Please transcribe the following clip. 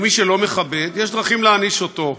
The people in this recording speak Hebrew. ומי שלא מכבד, יש דרכים להעניש אותו,